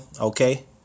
Okay